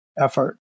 effort